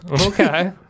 Okay